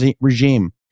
regime